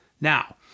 Now